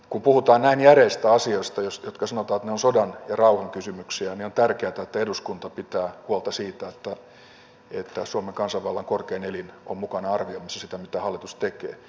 kun puhutaan näin järeistä asioista joista sanotaan että ne ovat sodan ja rauhan kysymyksiä niin on tärkeätä että eduskunta pitää huolta siitä että suomen kansanvallan korkein elin on mukana arvioimassa sitä mitä hallitus tekee